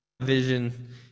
vision